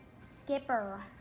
Skipper